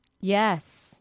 Yes